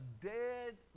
dead